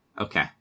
Okay